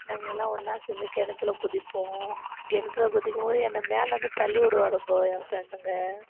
நாங்கள் எல்லாம் ஒன்றா சேர்ந்து கிணத்துல குதிப்போம் கிணத்துல குதிக்கும் போது என்னை மேலேருந்து தள்ளி விடுவாளுங்கோ என் ஃப்ரெண்டுங்க